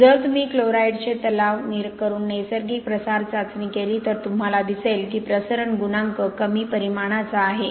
जर तुम्ही क्लोराईड्सचे तलाव करून नैसर्गिक प्रसार चाचणी केली तर तुम्हाला दिसेल की प्रसरण गुणांक कमी परिमाणाचा आहे